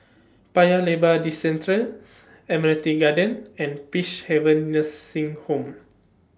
Paya Lebar Districentre Admiralty Garden and Peacehaven Nursing Home